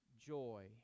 joy